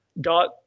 got